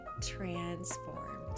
transformed